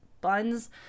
buns